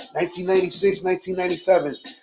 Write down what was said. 1996-1997